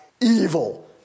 evil